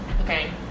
Okay